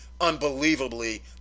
unbelievably